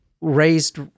Raised